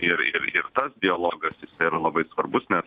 ir ir tas dialogas yra labai svarbus nes